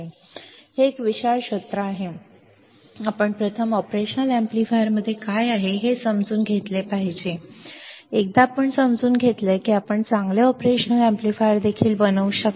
तर हे क्षेत्र विशाल आहे आपण प्रथम ऑपरेशनल अॅम्प्लीफायरमध्ये काय आहे हे समजून घेतले पाहिजे एकदा आपण समजून घेतले की आपण चांगले ऑपरेशनल एम्पलीफायर देखील बनवू शकता